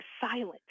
silent